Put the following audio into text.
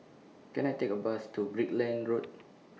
Can I Take A Bus to Brickland Road